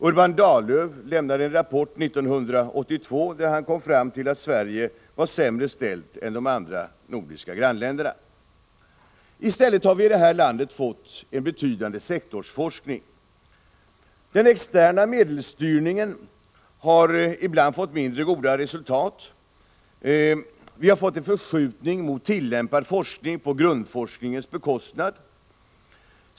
Urban Dahllöf lämnade en rapport 1982, där han kom fram till att Sverige var sämre ställt än de nordiska grannländerna. I stället har vi i vårt land fått en betydande sektorsforskning. Den externa medelsstyrningen har ibland fått mindre goda resultat. Vi har fått en förskjutning mot tillämpad forskning på grundforskningens bekostnad.